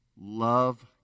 Love